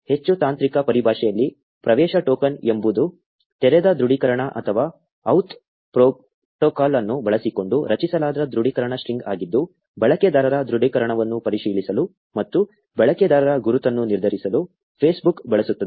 ಹೆಚ್ಚು ತಾಂತ್ರಿಕ ಪರಿಭಾಷೆಯಲ್ಲಿ ಪ್ರವೇಶ ಟೋಕನ್ ಎಂಬುದು ತೆರೆದ ದೃಢೀಕರಣ ಅಥವಾ OAuth ಪ್ರೋಟೋಕಾಲ್ ಅನ್ನು ಬಳಸಿಕೊಂಡು ರಚಿಸಲಾದ ದೃಢೀಕರಣ ಸ್ಟ್ರಿಂಗ್ ಆಗಿದ್ದು ಬಳಕೆದಾರರ ದೃಢೀಕರಣವನ್ನು ಪರಿಶೀಲಿಸಲು ಮತ್ತು ಬಳಕೆದಾರರ ಗುರುತನ್ನು ನಿರ್ಧರಿಸಲು Facebook ಬಳಸುತ್ತದೆ